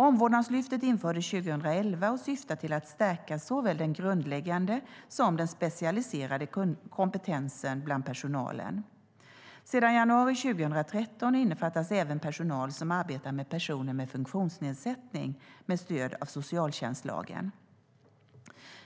Omvårdnadslyftet infördes 2011 och syftar till att stärka såväl den grundläggande som den specialiserade kompetensen bland personalen. Sedan januari 2013 innefattas även personal som arbetar med personer med funktionsnedsättning med stöd av socialtjänstlagen.